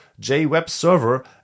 jwebserver